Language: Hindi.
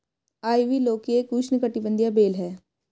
आइवी लौकी एक उष्णकटिबंधीय बेल है